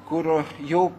kur jau